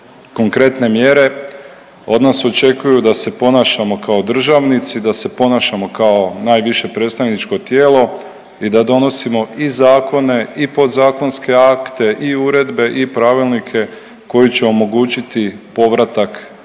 konkretne mjere, od nas očekuju da se ponašamo kao državnici, da se ponašamo kao najviše predstavničko tijelo i da donosimo i zakone i podzakonske akte i uredne i pravilnike koji će omogućiti povratak na